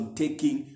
taking